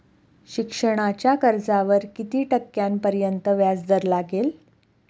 शिक्षणाच्या कर्जावर किती टक्क्यांपर्यंत व्याजदर लागेल?